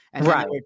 Right